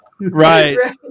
right